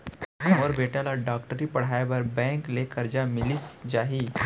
मोर बेटा ल डॉक्टरी पढ़ाये बर का बैंक ले करजा मिलिस जाही?